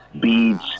beads